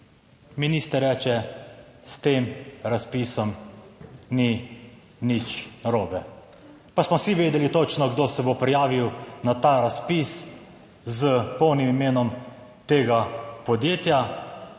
minister reče, s tem razpisom ni nič narobe, pa smo vsi vedeli točno, kdo se bo prijavil na ta razpis s polnim imenom tega podjetja